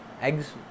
eggs